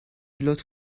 لطف